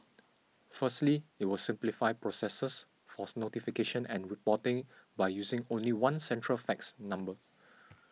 firstly it will simplify processes for notification and reporting by using only one central fax number